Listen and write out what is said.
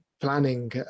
planning